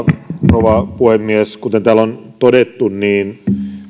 rouva puhemies kuten täällä on todettu